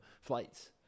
flights